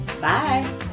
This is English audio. Bye